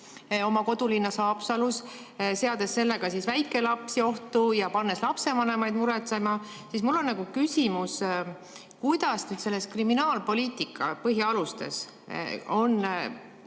oma kodulinnas Haapsalus, seades sellega väikelapsi ohtu ja pannes lapsevanemaid muretsema. Mul on nagu küsimus, kuidas kriminaalpoliitika põhialustes on